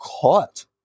caught